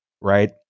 right